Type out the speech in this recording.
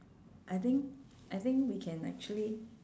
I think I think we can actually